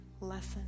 lesson